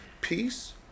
Peace